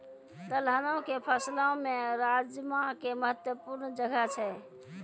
दलहनो के फसलो मे राजमा के महत्वपूर्ण जगह छै